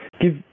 give